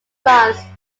france